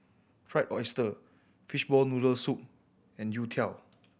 Fried Oyster fishball noodle soup and youtiao